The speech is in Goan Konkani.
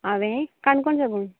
हांवें काणकोण साकून